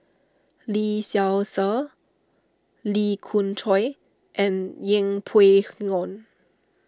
Lee Seow Ser Lee Khoon Choy and Yeng Pway Ngon